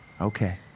Okay